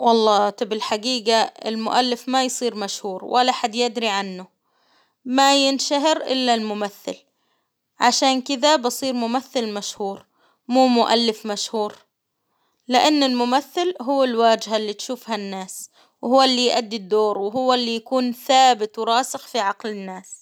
والله تبي الحقيقة، المؤلف ما يصير مشهور، ولا أحد يدري عنه، ما ينشهر إلا الممثل، عشان كذا بصيرممثل مشهور، مومؤلف مشهور، لإن الممثل هو الواجهة اللي تشوفها الناس، وهو اللي يؤدي الدور، وهو اللي يكون ثابت وراسخ في عقل الناس.